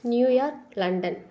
New York London